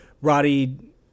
Roddy